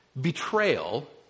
Betrayal